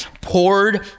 poured